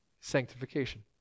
sanctification